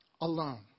alone